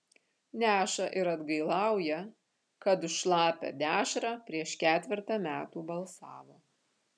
neša ir atgailauja kad už šlapią dešrą prieš ketvertą metų balsavo